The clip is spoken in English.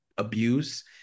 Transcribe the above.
abuse